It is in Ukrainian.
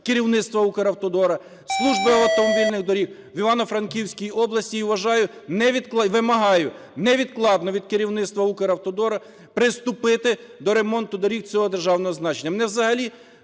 керівництва Укравтодору, служби автомобільних доріг в Івано-Франківській області і вважаю… вимагаю невідкладно від керівництва Укравтодору приступити до ремонту доріг цього державного значення.